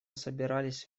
собирались